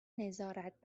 نظارت